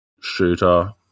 Shooter